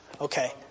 Okay